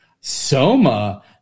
Soma